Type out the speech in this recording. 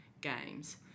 games